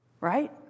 Right